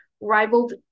rivaled